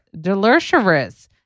delicious